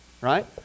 right